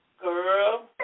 Girl